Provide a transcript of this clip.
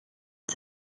and